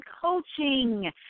Coaching